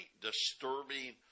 disturbing